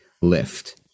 lift